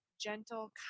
gentle